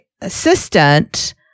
assistant